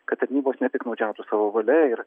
kad tarnybos nepiktnaudžiautų savo valia ir